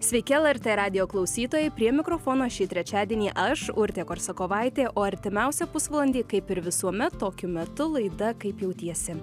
sveiki lrt radijo klausytojai prie mikrofono šį trečiadienį aš urtė korsakovaitė o artimiausią pusvalandį kaip ir visuomet tokiu metu laida kaip jautiesi